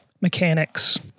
mechanics